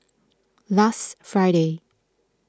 last Friday